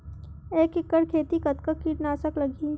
एक एकड़ खेती कतका किट नाशक लगही?